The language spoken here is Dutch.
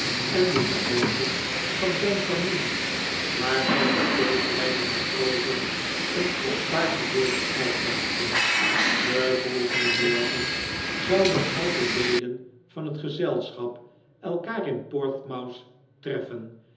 een de talenten van zijn familie waarvan de twee kleine matrozen een kostbaar gedeelte uitmaakten den volgenden morgen zouden al de leden van het gezelschap elkaar in portsmouth treffen